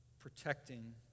protecting